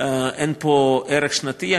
אין פה ערך שנתי.